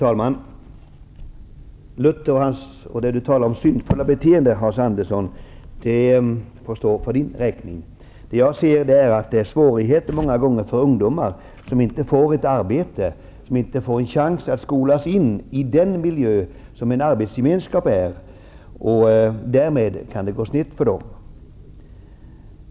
Herr talman! Det Hans Andersson säger om Luther och det syndfulla beteendet får stå för hans räkning. Det är svårt många gånger för ungdomar som inte får ett arbete, inte får en chans att skolas in i den miljö som en arbetsgemenskap är. Därför kan det gå snett för dem.